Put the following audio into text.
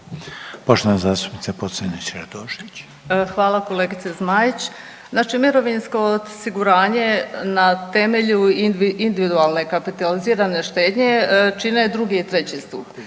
**Pocrnić-Radošević, Anita (HDZ)** Hvala kolegice Zmaić, znači mirovinsko osiguranje na temelju individualne kapitalizirane štednje čine drugi i treći stup.